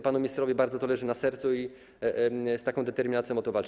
Panu ministrowi bardzo to leży na sercu i z taką determinacją o to walczy.